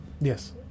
Yes